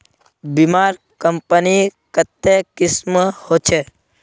बीमार कंपनी कत्ते किस्म होछे